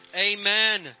amen